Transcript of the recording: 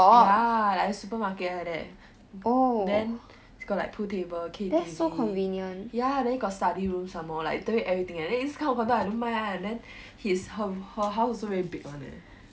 ya like a supermarket like that then got like pool table K_T_V ya then got study room somemore like literally everything eh then this kind of condo I don't mind lah and then his home her house also very big one eh